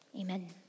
amen